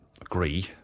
agree